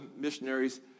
missionaries